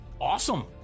Awesome